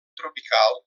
tropical